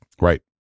Right